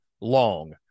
long